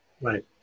Right